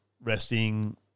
resting